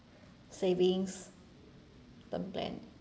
savings term plan